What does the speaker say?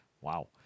wow